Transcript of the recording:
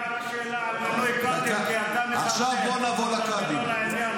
רק תענה על השאלה על מינוי קאדים, כי אתה מזלזל.